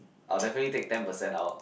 I'll definitely take ten percent out